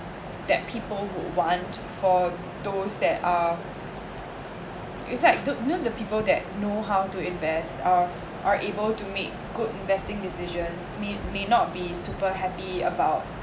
that people who want for those that are it's like don't you know the people that know how to invest uh are able to make good investing decisions may may not be super happy about